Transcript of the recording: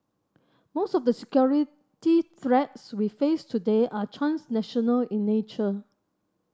most of the security threats we face today are transnational in nature